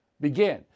begin